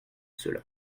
cela